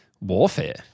warfare